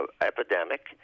epidemic